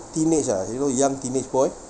teenage ah you know young teenage boy